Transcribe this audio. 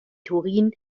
turin